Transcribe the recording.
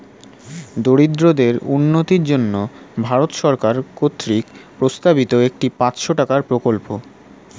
দরিদ্রদের উন্নতির জন্য ভারত সরকার কর্তৃক প্রস্তাবিত একটি পাঁচশো টাকার প্রকল্প